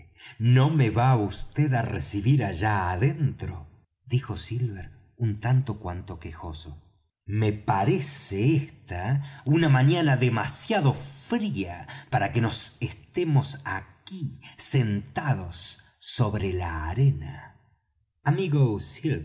no me va vd á recibir allá adentro dijo silver un tanto cuanto quejoso me parece esta una mañana demasiado fría para que nos estemos aquí sentados sobre la arena amigo